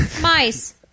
mice